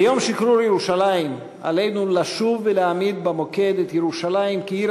ביום שחרור ירושלים עלינו לשוב ולהעמיד במוקד את ירושלים כעיר